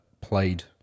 played